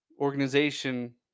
organization